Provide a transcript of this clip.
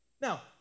Now